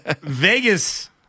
Vegas